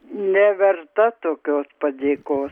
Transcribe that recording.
neverta tokios padėkos